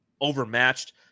overmatched